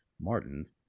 martin